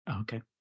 Okay